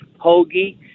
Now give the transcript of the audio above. hoagie